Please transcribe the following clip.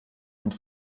und